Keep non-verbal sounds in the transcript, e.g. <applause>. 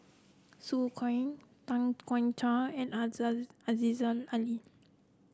Su Guaning Tay Chong Hai and <unintelligible> Aziza Ali